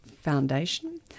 foundation